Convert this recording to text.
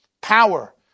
power